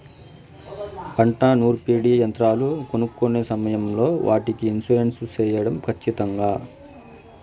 పంట నూర్పిడి యంత్రాలు కొనుక్కొనే సమయం లో వాటికి ఇన్సూరెన్సు సేయడం ఖచ్చితంగా?